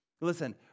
Listen